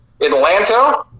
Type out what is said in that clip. Atlanta